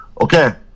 Okay